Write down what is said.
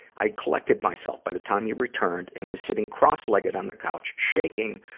i collected myself by the time he returned and was sitting cross-legged on the couch shaking,